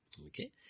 Okay